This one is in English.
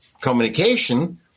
communication